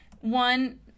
one